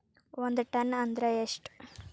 ಒಂದ್ ಟನ್ ಅಂದ್ರ ಎಷ್ಟ?